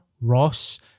Ross